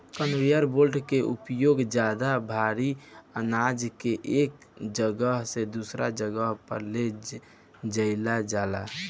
conveyor belt के उपयोग ज्यादा भारी आनाज के एक जगह से दूसरा जगह पर ले जाईल जाला